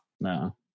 No